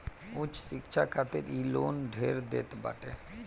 उच्च शिक्षा खातिर इ लोन ढेर लेत बाटे